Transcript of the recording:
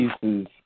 pieces